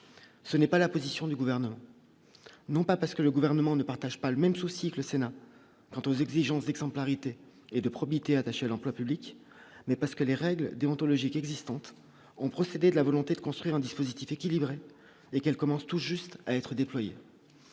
ce n'est pas la position du gouvernement, non pas parce que le gouvernement ne partagent pas le même souci que le Sénat, quant aux exigences d'exemplarité et de probité attaché l'emploi public mais parce que les règles déontologiques existantes ont procédé de la volonté de construire un dispositif équilibré et qu'elle commence tout juste à être déployés